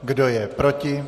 Kdo je proti?